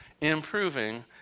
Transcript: improving